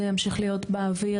זה ימשיך להיות באוויר,